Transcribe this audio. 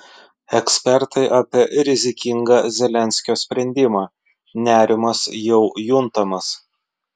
ekspertai apie rizikingą zelenskio sprendimą nerimas jau juntamas